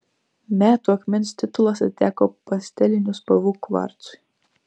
metų akmens titulas atiteko pastelinių spalvų kvarcui